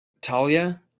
Talia